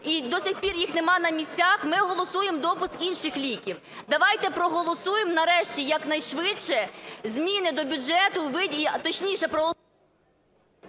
і до сих пір їх немає на місцях, ми голосуємо допуск інших ліків. Давайте проголосуємо нарешті якнайшвидше зміни до бюджету у виді, а точніше...